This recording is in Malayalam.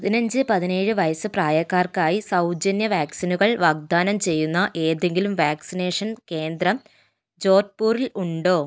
പതിനഞ്ച് പതിനേഴ് വയസ്സ് പ്രായക്കാർക്കായി സൗജന്യ വാക്സിനുകൾ വാഗ്ദാനം ചെയ്യുന്ന ഏതെങ്കിലും വാക്സിനേഷൻ കേന്ദ്രം ജോർപൂറിൽ ഉണ്ടോ